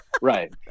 Right